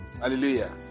Hallelujah